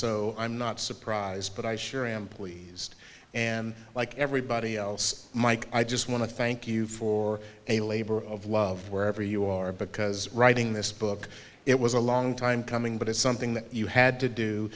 so i'm not surprised but i sure am pleased and like everybody else mike i just want to thank you for a labor of love wherever you are because writing this book it was a long time coming but it's something that you had to do